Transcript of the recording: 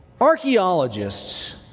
archaeologists